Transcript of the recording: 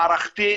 מערכתי,